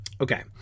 Okay